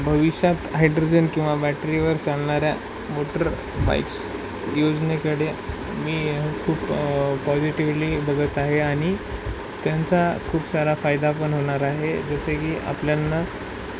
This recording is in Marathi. भविष्यात हायड्रोजन किंवा बॅटरीवर चालणाऱ्या मोटरबाईक्स योजनेकडे मी खूप पॉजिटिव्हली बघत आहे आणि त्यांचा खूप सारा फायदा पण होणार आहे जसे की आपल्यांना